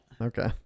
Okay